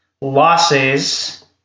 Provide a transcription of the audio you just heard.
losses